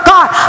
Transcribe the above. God